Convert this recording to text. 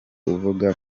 uvuga